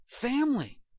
Family